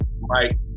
Mike